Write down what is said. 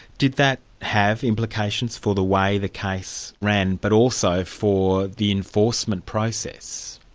did that have implications for the way the case ran, but also for the enforcement process?